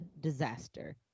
disaster